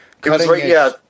cutting-edge